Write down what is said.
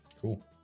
Cool